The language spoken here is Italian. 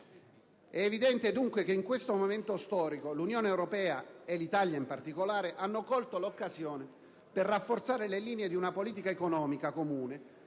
È evidente dunque che in questo momento storico l'Unione europea e l'Italia, in particolare, hanno colto l'occasione per rafforzare le linee di una politica economica comune,